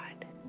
God